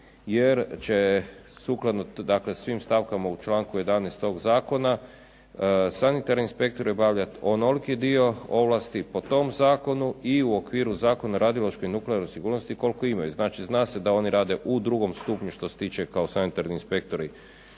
jer će sukladno svim stavkama u članku 11. tog zakona sanitarni inspektori obavljat onoliki dio ovlasti po tom zakonu i u okviru Zakona o radiološkoj i nuklearnoj sigurnosti koliko imaju. Znači, zna se da oni rade u drugom stupnju što se tiče kao sanitarni inspektori